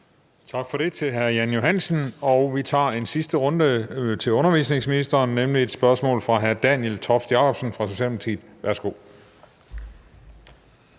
Tak for det til hr. Jan Johansen. Vi tager en sidste runde med undervisningsministeren, nemlig med et spørgsmål fra hr. Daniel Toft Jakobsen fra Socialdemokratiet. Kl.